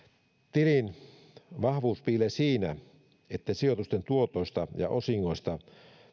tilin vahvuus piilee siinä että sijoitusten tuotoista ja osingoista